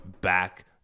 back